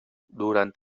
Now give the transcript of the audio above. durant